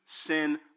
sin